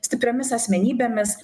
stipriomis asmenybėmis